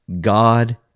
God